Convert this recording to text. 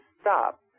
stop